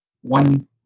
One